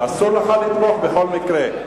אסור לך לתמוך בכל מקרה.